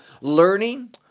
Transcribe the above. learning